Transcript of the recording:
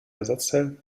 ersatzteil